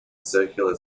circular